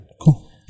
Cool